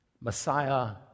Messiah